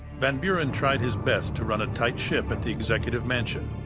van buren tried his best to run a tight ship at the executive mansion.